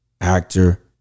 actor